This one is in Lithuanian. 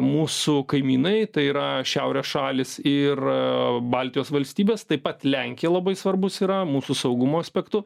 mūsų kaimynai tai yra šiaurės šalys ir baltijos valstybės taip pat lenkija labai svarbus yra mūsų saugumo aspektu